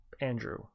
Andrew